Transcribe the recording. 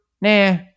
Nah